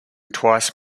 twice